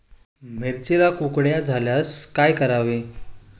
मिरचीला कुकड्या झाल्यास काय करावे?